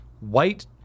white